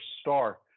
star